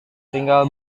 tinggal